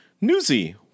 Newsy